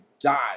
die